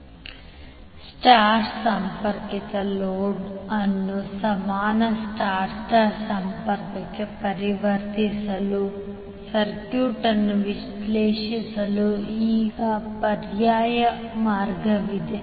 star delta ಸಂಪರ್ಕಿತ load ಅನ್ನು ಸಮಾನ ಸ್ಟಾರ್ ಸ್ಟಾರ್ ಸಂಪರ್ಕಕ್ಕೆ ಪರಿವರ್ತಿಸಲು ಸರ್ಕ್ಯೂಟ್ ಅನ್ನು ವಿಶ್ಲೇಷಿಸಲು ಈಗ ಪರ್ಯಾಯ ಮಾರ್ಗವಿದೆ